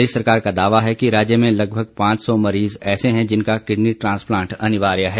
प्रदेश सरकार का दावा है कि राज्य में लगभग पांच सौ मरीज ऐसे है जिनका किडनी ट्रांसप्लांट अनिवार्य है